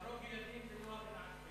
להרוג ילדים זו לא הגנה עצמית.